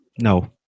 No